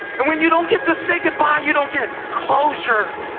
and when you don't get to say goodbye, you don't get closure.